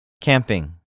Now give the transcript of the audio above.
Camping